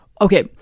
Okay